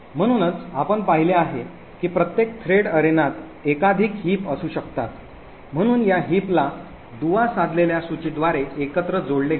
म्हणूनच आपण पाहिले आहे की प्रत्येक थ्रेड अरेनात एकाधिक हिप असू शकतात म्हणून या हिपला दुवा साधलेल्या सूचीद्वारे एकत्र जोडले गेले आहे